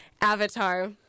Avatar